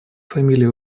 фамилии